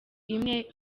imwe